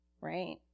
Right